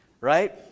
right